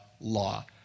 law